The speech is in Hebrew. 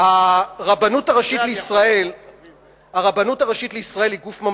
הרבנות הראשית בישראל היא גוף ממלכתי.